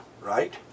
right